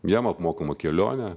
jam apmokama kelionė